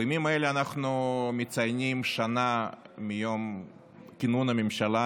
בימים אלה אנחנו מציינים שנה ליום כינון הממשלה,